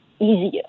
easier